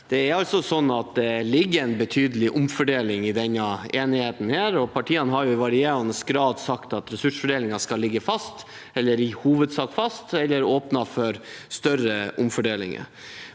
Det ligger en betydelig omfordeling i denne enigheten. Partiene har i varierende grad sagt at ressursfordelingen skal ligge fast, eller i hovedsak fast, eller åpne for større omfordelinger.